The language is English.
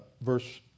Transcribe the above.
verse